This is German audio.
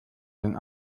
den